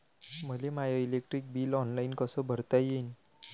मले my electric bill online कस भरता येईन?